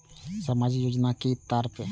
सामाजिक योजना के कि तात्पर्य?